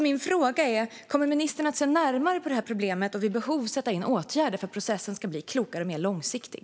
Min fråga är: Kommer ministern att se närmare på det här problemet och vid behov vidta åtgärder för att processen ska bli klokare och mer långsiktig?